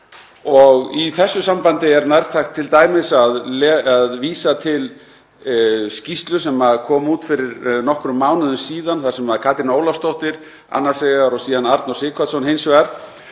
Í þessu sambandi er nærtækt t.d. að vísa til skýrslu sem kom út fyrir nokkrum mánuðum síðan þar sem Katrín Ólafsdóttir annars vegar og síðan Arnór Sighvatsson hins vegar